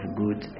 good